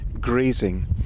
grazing